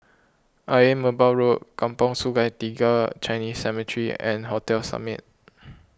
Ayer Merbau Road Kampong Sungai Tiga Chinese Cemetery and Hotel Summit